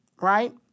right